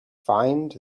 find